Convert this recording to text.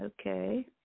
Okay